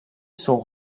sont